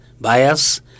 bias